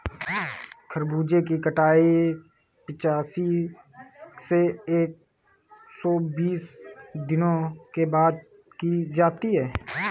खरबूजे की कटाई पिचासी से एक सो बीस दिनों के बाद की जाती है